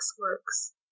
works